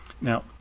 Now